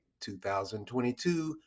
2022